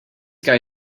guy